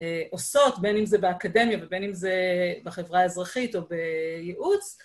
עושות, בין אם זה באקדמיה ובין אם זה בחברה האזרחית או בייעוץ.